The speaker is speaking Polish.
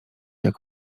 jak